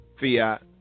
fiat